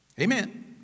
Amen